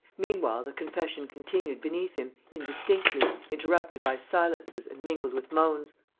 meanwhile the confession continued beneath him, indistinctly, interrupted by silences and mingled with moans.